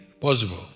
possible